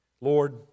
Lord